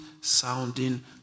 sounding